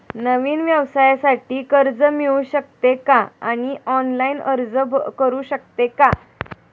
नवीन व्यवसायासाठी कर्ज मिळू शकते का आणि ऑनलाइन अर्ज करू शकतो का?